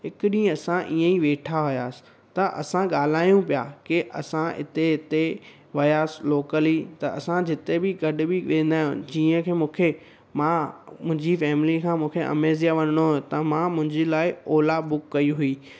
हिकु ॾींहुं असां ईअं ई वेठा हुयासीं त असां ॻाल्हायूं पिया की असां हिते हिते वियासीं लोकली त असां जिते बि गॾु बि वेंदा आहियूं जीअं की मूंखे मां मुंहिंजी फैमिली खां मूंखे अमेज़िया वञिणो हुयो त मां मुंहिंजी लाइ ओला बुक कई हुई